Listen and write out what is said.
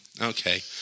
okay